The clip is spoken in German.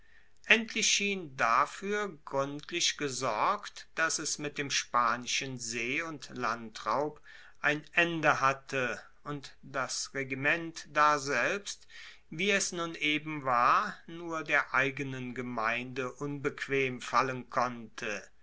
endlich schien dafuer gruendlich gesorgt dass es mit dem spartanischen see und landraub ein ende hatte und das regiment daselbst wie es nun eben war nur der eigenen gemeinde unbequem fallen konnte